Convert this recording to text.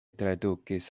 tradukis